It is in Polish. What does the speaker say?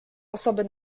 osoby